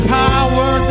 power